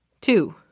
two